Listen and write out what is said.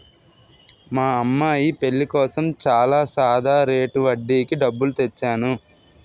మా అమ్మాయి పెళ్ళి కోసం చాలా సాదా రేటు వడ్డీకి డబ్బులు తెచ్చేను